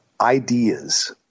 ideas